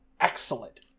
excellent